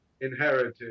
inherited